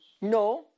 No